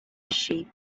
sheep